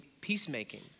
peacemaking